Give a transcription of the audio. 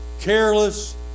careless